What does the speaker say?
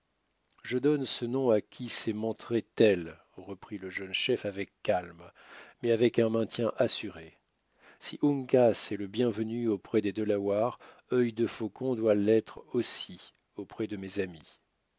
je donne ce nom à qui s'est montré tel reprit le jeune chef avec calme mais avec un maintien assuré si uncas est le bienvenu auprès des delawares œil de faucon doit l'être aussi auprès de mes amis